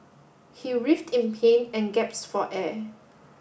he writhed in pain and gasped for air